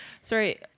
Sorry